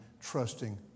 trusting